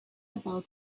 about